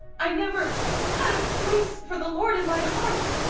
i never had a place for the lord in my heart.